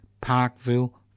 Parkville